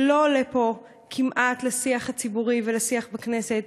שלא עולה פה כמעט לשיח הציבורי ולשיח בכנסת,